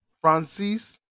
Francis